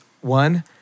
One